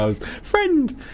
friend